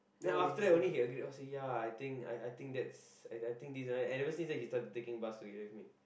then after that only he agreed say ya I think I I think that's I think I I think and ever since then he started taking the bus with me